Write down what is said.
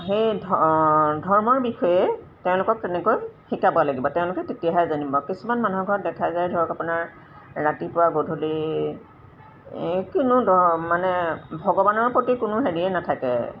সেই ধৰ্মৰ বিষয়ে তেওঁলোকক তেনেকৈ শিকাব লাগিব তেওঁলোকে তেতিয়াহে জানিব কিছুমান মানুহৰ ঘৰত দেখা যায় ধৰক আপোনাৰ ৰাতিপুৱা গধূলি কোনো মানে ভগৱানৰ প্ৰতি কোনো হেৰিয়েই নাথাকে